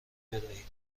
بدهید